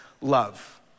love